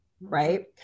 right